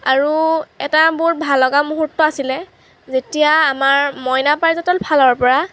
আৰু এটা বহুত ভাল লগা মুহুৰ্ত আছিলে যেতিয়া আমাৰ মইনা পাৰিজাতৰ ফালৰ পৰা